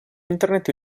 internet